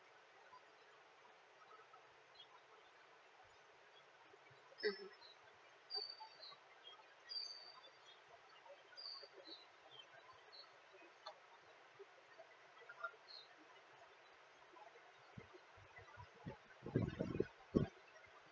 mmhmm